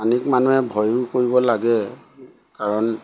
পানীক মানুহে ভয়ো কৰিব লাগে কাৰণ